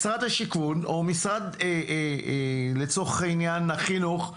משרד השיכון או לצורך העניין משרד החינוך,